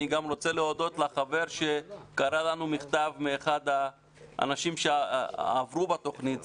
אני גם רוצה להודות לחבר שקרא לנו מכתב מאחד האנשים שעברו בתוכנית.